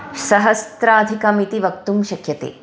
सहस्राधिकमिति वक्तुं शक्यते